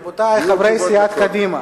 רבותי חברי סיעת קדימה,